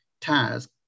task